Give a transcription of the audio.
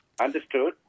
Understood